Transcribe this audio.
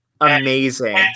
Amazing